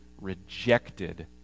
rejected